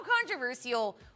controversial